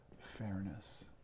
fairness